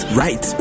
right